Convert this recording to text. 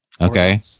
Okay